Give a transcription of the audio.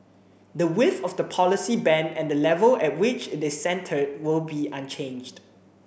the width of the policy band and the level at which it is centred will be unchanged